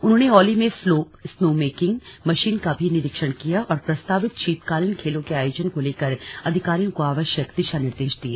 उन्होंने औली में slope snow making machine का भी निरीक्षण किया और प्रस्तावित शीतकालीन खेलों के आयोजन को लेकर अधिकारियों को आवश्यक दिशा निर्देश दिये